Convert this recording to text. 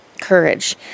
courage